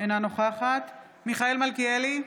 אינה נוכחת מיכאל מלכיאלי,